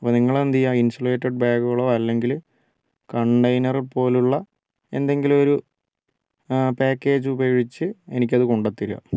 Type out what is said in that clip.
അപ്പം നിങ്ങള് എന്ത് ചെയ്യുക ഇന്സുലേറ്റഡ് ബാഗുകളോ അല്ലെങ്കില് കണ്ടെയ്നര് പോലെ ഉള്ള എന്തെങ്കിലും ഒരു പാക്കേജ് ഉപയോഗിച്ച് എനിക്ക് അത് കൊണ്ടുത്തരിക